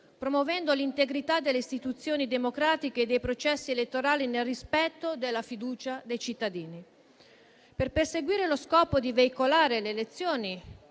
promuovendo l'integrità delle istituzioni democratiche e dei processi elettorali, nel rispetto della fiducia dei cittadini. Per perseguire lo scopo di veicolare le elezioni